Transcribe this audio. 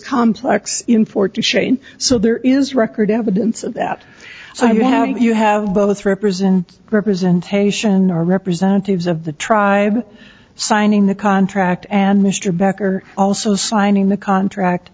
complex in four to shane so there is record evidence of that so you have you have both represented representation or representatives of the tribe signing the contract and mr becker also signing the contract